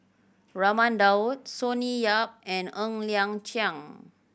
Raman Daud Sonny Yap and Ng Liang Chiang